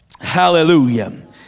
hallelujah